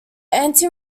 anti